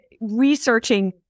researching